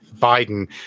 Biden